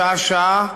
שעה-שעה,